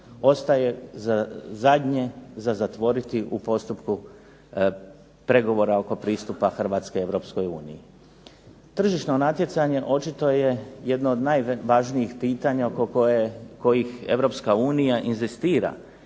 ostaje zadnje za zatvoriti u postupku pregovora oko pristupa Hrvatske Europskoj uniji. Tržišno natjecanje očito je jedno od najvažnijih pitanja oko kojih Europska